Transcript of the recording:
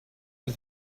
was